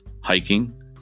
hiking